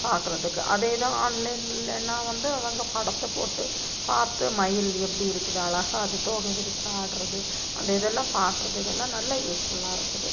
பார்க்குறதுக்கு அதே தான் ஆன்லைன்லைன்னால் வந்து அவங்க படத்தை போட்டு பார்த்து மயில் எப்படி இருக்குது அழகா அது தோகையை விரித்து ஆடுகிறது அந்த இதெல்லாம் பார்க்குறதுக்கெல்லாம் நல்லா யூஸ்ஃபுல்லாக இருக்குது